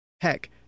Heck